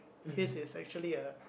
his is actually a